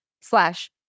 slash